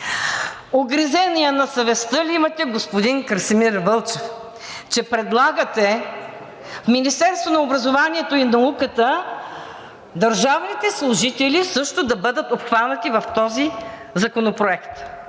Угризения на съвестта ли имате, господин Красимир Вълчев, че предлагате в Министерството на образованието и науката държавните служители също да бъдат обхванати в този законопроект?